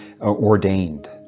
ordained